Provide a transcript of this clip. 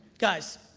guys,